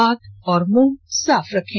हाथ और मुंह साफ रखें